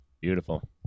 beautiful